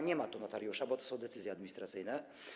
Nie ma tu notariusza, bo to są decyzje administracyjne.